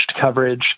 coverage